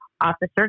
Officer